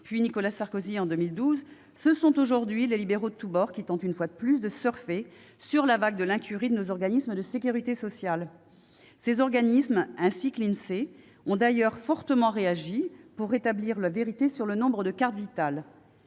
par Nicolas Sarkozy en 2012, ce sont aujourd'hui les libéraux de tous bords qui tentent, une fois de plus, de surfer sur la vague de l'incurie de nos organismes de sécurité sociale. Ces organismes, ainsi que l'Insee, ont d'ailleurs fortement réagi pour rétablir la vérité sur le nombre de cartes Vitale